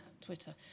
Twitter